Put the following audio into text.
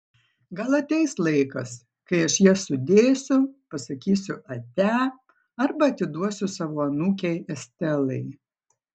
gal ateis laikas kai aš jas sudėsiu pasakysiu ate arba atiduosiu savo anūkei estelai